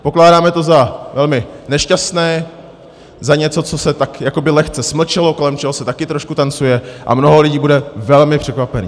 Pokládáme to za velmi nešťastné, za něco, co se tak jakoby lehce smlčelo, kolem čeho se taky trošku tancuje, a mnoho lidí bude velmi překvapených.